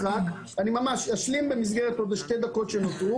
אשלים במסגרת שתי הדקות שנותרו